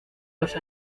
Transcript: los